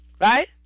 Right